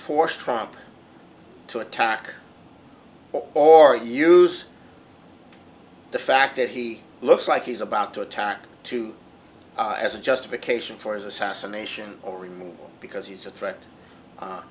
force trump to attack or use the fact that he looks like he's about to attack too as a justification for his assassination or removal because he's a threat